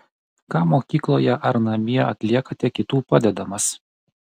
ką mokykloje ar namie atliekate kitų padedamas